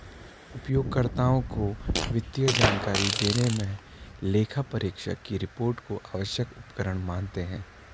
उपयोगकर्ताओं को वित्तीय जानकारी देने मे लेखापरीक्षक की रिपोर्ट को आवश्यक उपकरण मानते हैं